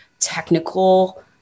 technical